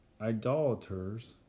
idolaters